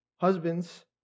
Husbands